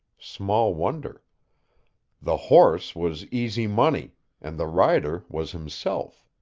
small wonder the horse was easy money and the rider was himself.